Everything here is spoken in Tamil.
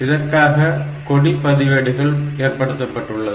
இதற்காக கொடி பதிவேடுகள் ஏற்படுத்தப்பட்டுள்ளது